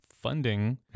Funding